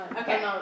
Okay